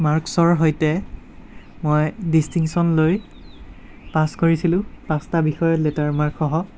মাৰ্কছৰ সৈতে মই ডিস্টিংচন লৈ পাছ কৰিছিলোঁ পাঁচটা বিষয়ত লেটাৰ মাৰ্কসহ